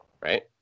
right